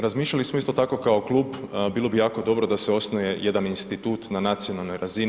Razmišljali smo isto tako kao klub, bilo bi jako dobro da se osnuje jedan institut na nacionalnoj razini.